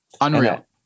Unreal